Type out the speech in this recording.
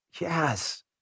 yes